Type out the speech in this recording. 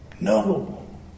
No